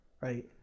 Right